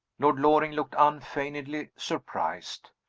lord loring looked unfeignedly surprised.